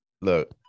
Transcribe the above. Look